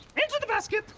into the basket.